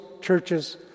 churches